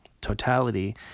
totality